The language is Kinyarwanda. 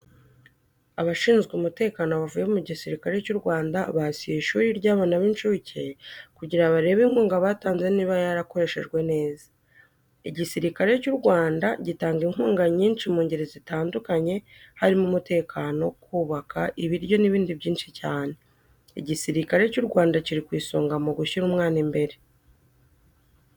Abashinzwe umutekano bavuye mu gisirikare cy'u Rwanda basuye ishuri ry'abana b'incuke kugira barebe inkunga batanze niba yarakoreshejwe neza. Igisirikare cy'u Rwanda gitanga inkunga nyinshi mu ngeri zitandukanye harimo umutekano, kubaka, ibiryo n'ibindi byinshi cyane. Igisirikare cy'u Rwanda kiri ku isonga mu gushyira umwana imbere.